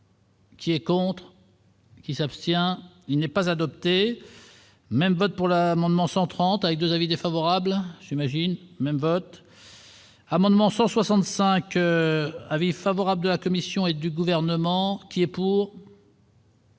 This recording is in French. Qui est contre. Qui s'abstient, il n'est pas adoptée. Même voté pour l'amendement 130 avec 2 avis défavorables, ce même vote. Amendement 165 avis favorable de la Commission et du gouvernement qui est pour.